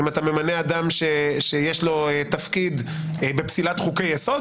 אם אתה ממלא אדם שיש לו תפקיד בפסילת חוקי יסוד,